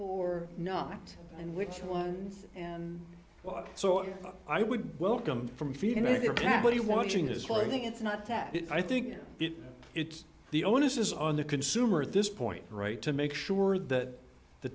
or not and which ones and so i would welcome from feeding me there probably watching as well i think it's not that i think it's the onus is on the consumer at this point right to make sure that the